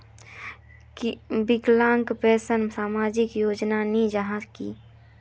विकलांग पेंशन सामाजिक योजना नी जाहा की?